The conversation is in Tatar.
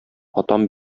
атам